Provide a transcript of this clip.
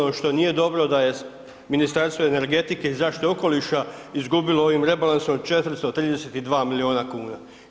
Ono što nije dobro da je Ministarstvo energetike i zaštite okoliša izgubilo ovim rebalansom 432 milijuna kuna.